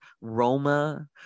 roma